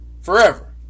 Forever